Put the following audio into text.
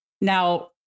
Now